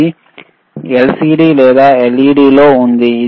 ఇది ఎల్సిడి లేదా ఎల్ఇడిపై ఆధారితమైనది